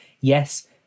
Yes